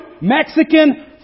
Mexican